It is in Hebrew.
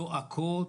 זועקות.